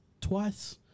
Twice